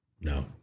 No